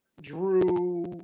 Drew